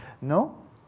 No